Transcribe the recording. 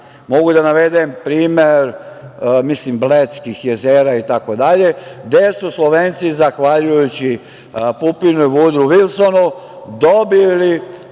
mogu da navedem primer, mislim, Bledskih jezera itd, gde su Slovenci zahvaljujući Pupinu i Vudrou Vilsonu dobili